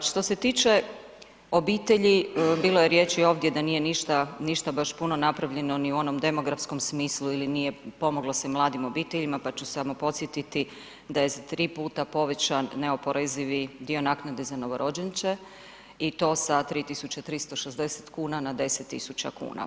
Što se tiče obitelji, bilo je riječi ovdje da nije ništa baš puno napravljeno ni u onom demografskom smislu ili nije pomoglo se mladim obiteljima, pa ću samo podsjetiti da je za 3 puta povećan neoporezivi dio naknade za novorođenče i to sa 3 tisuće 360 kuna na 10 tisuća kuna.